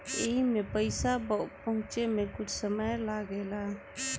एईमे पईसा पहुचे मे कुछ समय लागेला